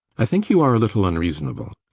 i think you are a little unreasonable.